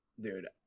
Dude